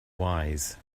wise